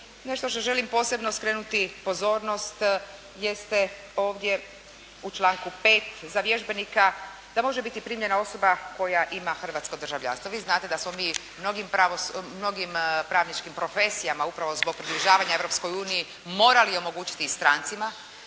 Nešto što želim posebno skrenuti pozornost, jeste ovdje u članku 5. za vježbenika, da može biti primljena osoba koja ima hrvatsko državljanstvo. Vi znate da smo mi mnogim pravničkim profesijama upravo zbog približavanja Europskoj uniji morali omogućiti i strancima,